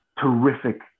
terrific